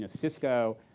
ah cisco,